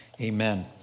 amen